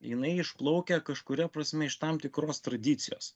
jinai išplaukia kažkuria prasme iš tam tikros tradicijos